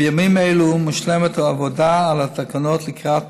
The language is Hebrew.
בימים אלו מושלמת העבודה על התקנות לקראת